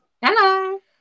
Hello